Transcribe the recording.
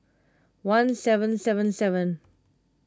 one seven seven seven